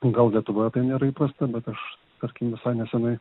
gal lietuvoje tai nėra įprasta bet aš tarkim visai nesenai